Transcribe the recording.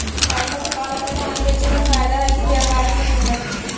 PACS बाला में धान बेचे मे फायदा है कि व्यापारी महिना?